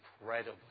incredibly